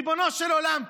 ריבונו של עולם,